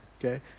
okay